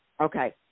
Okay